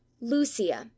Lucia